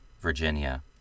Virginia